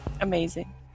Amazing